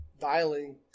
Dialing